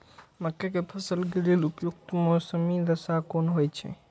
मके के फसल के लेल उपयुक्त मौसमी दशा कुन होए छै?